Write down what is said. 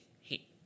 Hey